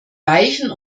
weichen